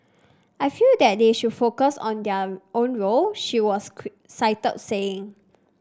I feel that they should focus on their own role she was cited saying